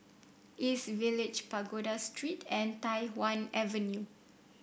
East Village Pagoda Street and Tai Hwan Avenue